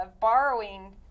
borrowing